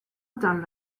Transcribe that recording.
dans